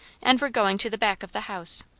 and were going to the back of the house,